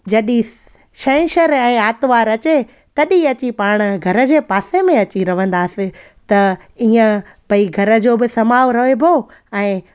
जॾीं छंछरु ऐं आरितुवारु अचे तॾी अची पाण घर जे पासे में अची रहंदासीं त ईअं भई घर जो बि समाओ रहिबो ऐं